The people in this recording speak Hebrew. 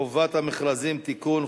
הצעת חוק חובת המכרזים (תיקון,